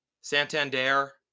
Santander